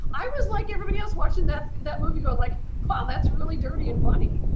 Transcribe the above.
i was like everybody else watching ah that movie, but like wow, that's really dirty and funny.